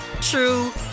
true